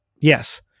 Yes